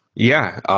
yeah,